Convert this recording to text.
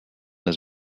his